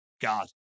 God